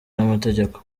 n’amategeko